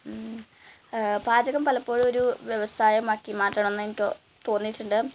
പാചകം പലപ്പോഴുമൊരു വ്യവസായമാക്കി മാറ്റണം എന്നെനിക്ക് തോന്നിയിട്ടുണ്ട്